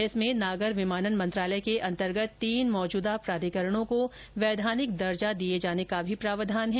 इसमें नागर विमानन मंत्रालय के अंतर्गत तीन मौजूदा प्राधिकरणों को संवैधानकि दर्जा दिए जाने का भी प्रावधान है